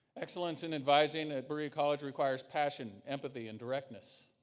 excellence in advising at berea college requires passion, empathy and directness.